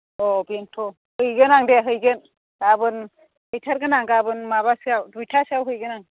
अ बेन्थ' हैगोन आं दे हैगोन गाबोन हैथारगोन आं गाबोन माबासोयाव दुइटासोयाव हैगोन आं